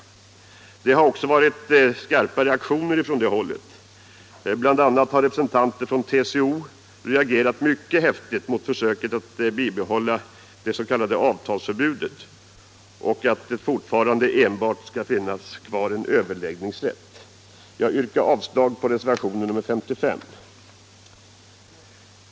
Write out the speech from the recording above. Det har också förekommit skarpa reaktioner från det hållet. Bl. a. har representanter för TCO reagerat mycket häftigt mot försöket att bibehålla det s.k. avtalsförbudet och att det enbart skall finnas kvar en överläggningsrätt. Jag yrkar avslag på reservationen 55.